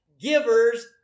Givers